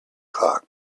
clock